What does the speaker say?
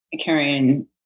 carrying